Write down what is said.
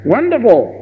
Wonderful